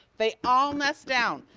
they all nest down,